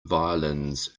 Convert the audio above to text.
violins